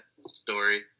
story